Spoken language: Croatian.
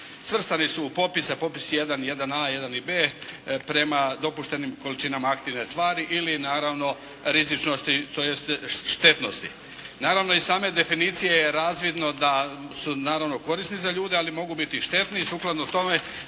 Svrstani su u popise, popis 1a i 1b prema dopuštenim količinama aktivne tvari ili naravno rizičnosti tj. štetnosti. Naravno, iz same definicije je razvidno da su naravno korisni za ljude ali mogu biti i štetni, i sukladno tome